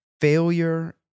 failure